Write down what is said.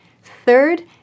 Third